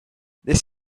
this